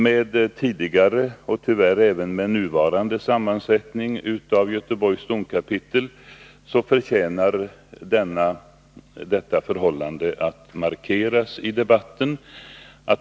Med tidigare och tyvärr även med nuvarande sammansättning av Göteborgs domkapitel förtjänar detta förhållande att markeras i debatten.